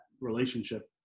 relationship